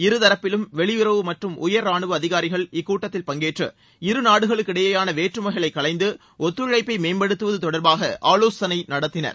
இரு தரப்பிலும் வெளியுறவு மற்றும் உயர் ரானுவ அதிகாரிகள் இக்கூட்டத்தில் பங்கேற்று இருநாடுகளிடையேயான வேற்றுமைகளை களைந்து ஒத்துழைப்பை மேம்படுத்துவது தொடர்பாக ஆவோசனை நடத்தினர்